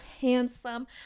handsome